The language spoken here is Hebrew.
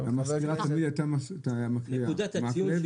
בחשדות להסדר כובל כנגד ספקי המזון וקמעונאי המזון.